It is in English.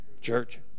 Church